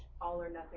all-or-nothing